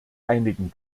einigen